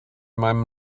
meinem